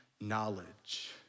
knowledge